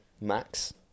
Max